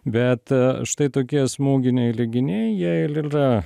bet štai tokie smūginiai leginiai jie ir ylia